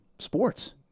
Sports